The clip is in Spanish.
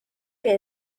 que